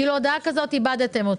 הודעה כזאת, איבדתם אותי,